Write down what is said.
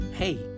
Hey